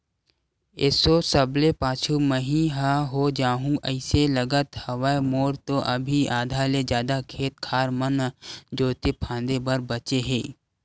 एसो सबले पाछू मही ह हो जाहूँ अइसे लगत हवय, मोर तो अभी आधा ले जादा खेत खार मन जोंते फांदे बर बचें हे